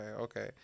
okay